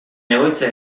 egoitza